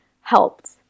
helped